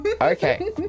Okay